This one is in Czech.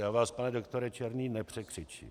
Já vás, pane doktore Černý, nepřekřičím.